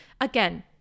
Again